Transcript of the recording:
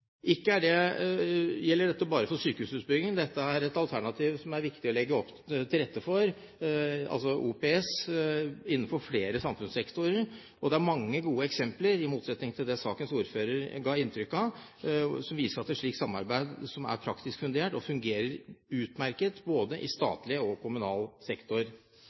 Det gjelder ikke bare for sykehusutbygging. OPS er et alternativ som det er viktig å legge til rette for innenfor flere samfunnssektorer. Det er, i motsetning til det sakens ordfører ga inntrykk av, mange gode eksempler på at et slikt samarbeid er praktisk fundert og fungerer utmerket i både statlig og kommunal sektor.